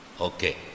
Okay